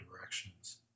directions